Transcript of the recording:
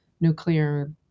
nuclear